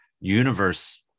universe